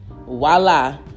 voila